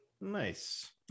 Nice